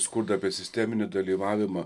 skurdą apie sisteminį dalyvavimą